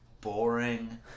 boring